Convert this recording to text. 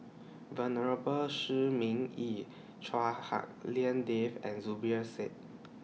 Venerable Shi Ming Yi Chua Hak Lien Dave and Zubir Said